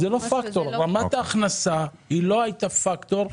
רמת ההכנסה לא הייתה פקטור.